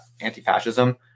anti-fascism